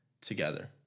together